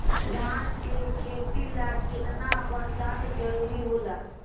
धान के खेती ला केतना बरसात जरूरी होला?